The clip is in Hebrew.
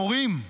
מורים,